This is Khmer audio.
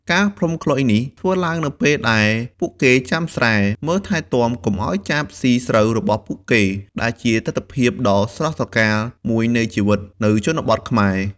ការផ្លុំខ្លុយនេះធ្វើឡើងនៅពេលដែលពួកគេចាំស្រែ មើលថែទាំកុំឲ្យសត្វចាបស៊ីស្រូវរបស់ពួកគេ ដែលជាទិដ្ឋភាពដ៏ស្រស់ត្រកាលមួយនៃជីវិតនៅជនបទខ្មែរ។